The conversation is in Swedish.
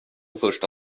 första